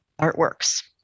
artworks